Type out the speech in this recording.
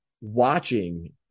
watching